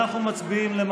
אנחנו מצביעים שוב,